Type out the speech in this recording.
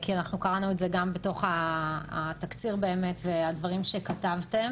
אנחנו קראנו את זה גם בתוך התקציר והדברים שכתבתם.